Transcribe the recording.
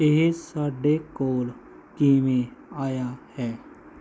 ਇਹ ਸਾਡੇ ਕੋਲ ਕਿਵੇਂ ਆਇਆ ਹੈ